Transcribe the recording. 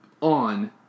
on